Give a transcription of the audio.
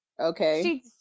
Okay